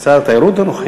שר התיירות הנוכחי?